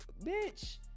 Bitch